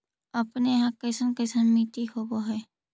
अपने यहाँ कैसन कैसन मिट्टी होब है?